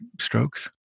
strokes